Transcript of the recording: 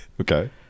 Okay